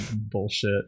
bullshit